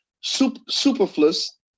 superfluous